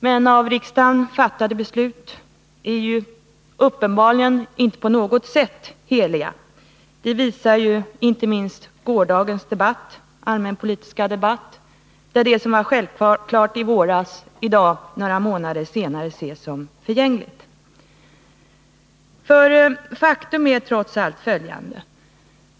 Men av riksdagen fattade beslut är uppenbarligen inte på något sätt heliga — det visar inte minst gårdagens allmänpolitiska debatt, där det som var självklart i våras nu, några månader senare, ses som förgängligt. Faktum är trots allt följande.